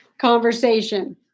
conversation